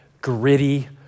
gritty